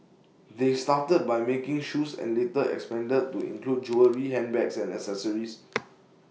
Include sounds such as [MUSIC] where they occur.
they started by making shoes and later expanded to include jewellery handbags and accessories [NOISE]